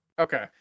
okay